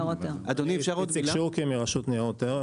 אני איציק שורקי מרשות ניירות ערך.